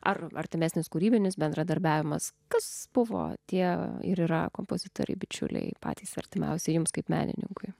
ar artimesnis kūrybinis bendradarbiavimas kas buvo tie ir yra kompozitoriai bičiuliai patys artimiausi jums kaip menininkui